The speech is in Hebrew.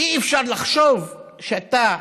אי-אפשר לחשוב שאתה